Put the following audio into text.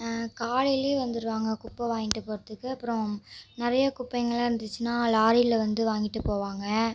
காலையில் வந்துருவாங்கள் குப்பை வாங்கிட்டு போகிறத்துக்கு அப்பறம் நிறையா குப்பைங்கலாம் இருந்துச்சுன்னால் லாரியில் வந்து வாங்கிட்டு போவாங்க